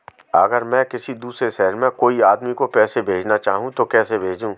अगर मैं किसी दूसरे शहर में कोई आदमी को पैसे भेजना चाहूँ तो कैसे भेजूँ?